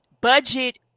budget